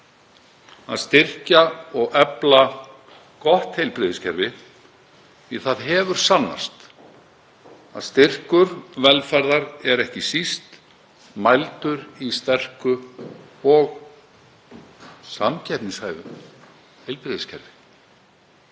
að styrkja og efla gott heilbrigðiskerfi, því að það hefur sannast að styrkur velferðar er ekki síst mældur í sterku og samkeppnishæfu heilbrigðiskerfi.